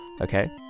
Okay